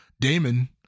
Damon